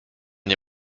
nie